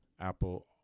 Apple